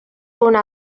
una